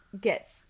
get